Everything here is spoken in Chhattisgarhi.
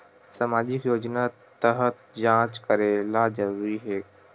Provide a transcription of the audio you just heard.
सामजिक योजना तहत जांच करेला जरूरी हे